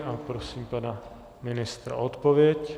A prosím pana ministra o odpověď.